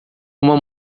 uma